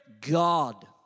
God